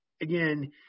again